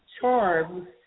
charms